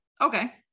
Okay